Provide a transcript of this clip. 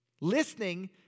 Listening